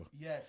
Yes